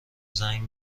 زنگ